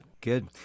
good